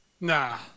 Nah